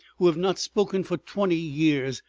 who have not spoken for twenty years,